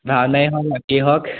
ভাওনাই হওক হওক